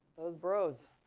those bros.